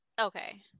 okay